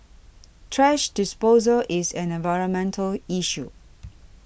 thrash disposal is an environmental issue